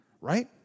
Right